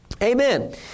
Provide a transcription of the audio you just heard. Amen